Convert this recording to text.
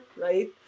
right